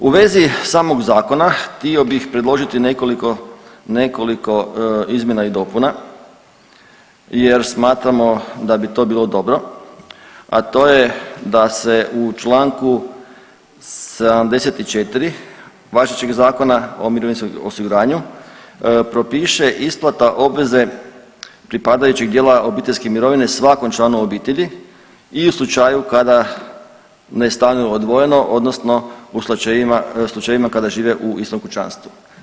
U vezi samog Zakona, htio bih predložiti nekoliko izmjena i dopuna jer smatramo da bit to bilo dobro, a to je da se u čl. 74 važećeg Zakona o mirovinskom osiguranju propiše isplata obveze pripadajućeg dijela obiteljske mirovine svakom članu obitelji i u slučaju kada ne stanuju odvojeno, odnosno u slučajevima kada žive u istom kućanstvu.